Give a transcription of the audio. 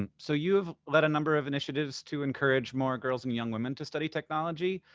um so you've led a number of initiative to encourage more girls and young women to study technology.